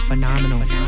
Phenomenal